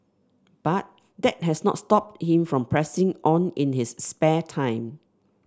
but that has not stopped him from pressing on in his spare time